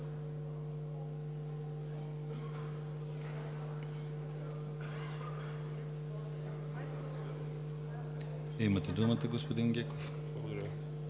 Имате думата, господин Геков.